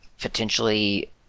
potentially